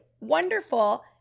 wonderful